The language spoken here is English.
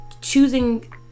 choosing